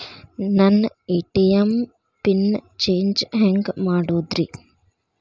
ನನ್ನ ATM PIN change ಹೆಂಗ್ ಮಾಡೋದ್ರಿ?